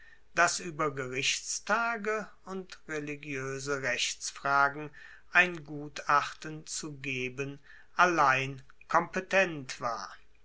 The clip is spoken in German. das ueber gerichtstage und religioese rechtsfragen ein gutachten zu geben allein kompetent war